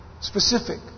Specific